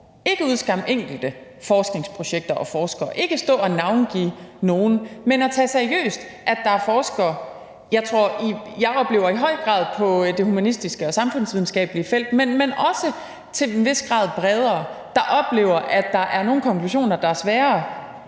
ikke udskamme enkelte forskningsprojekter og forskere og ikke stå og navngive nogen, men tage seriøst, at der er forskere – i høj grad på det humanistiske og samfundsvidenskabelige felt, oplever jeg, men også til en vis grad bredere – der oplever, at der er nogle konklusioner, der er sværere